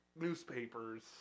newspapers